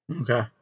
Okay